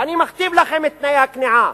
ואני מכתיב לכם את תנאי הכניעה.